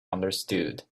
understood